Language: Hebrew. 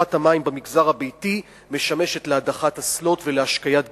מצריכת המים במגזר הביתי משמשת להדחת אסלות ולהשקיית גינות.